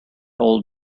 old